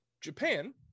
japan